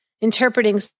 interpreting